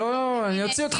אני לא, אני אוציא אתכם